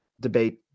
debate